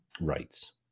rights